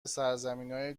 سرزمینای